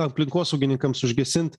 aplinkosaugininkams užgesint